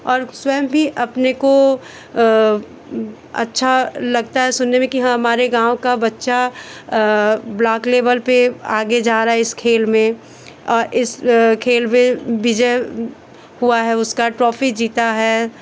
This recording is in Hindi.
और स्वयं ही अपने को अच्छा लगता है सुनने में कि हाँ हमारे गाँव का बच्चा ब्लॉक लेबल पे आगे जा रहा है इस खेल में और इस खेल में विजय हुआ है उसका ट्रोफी जीता है